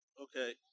Okay